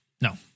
No